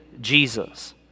Jesus